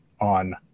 on